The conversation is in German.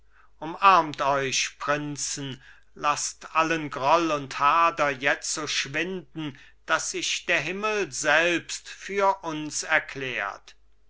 umarmt euch prinzen laßt allen groll und hader jetzo schwinden da sich der himmel selbst für uns erklärt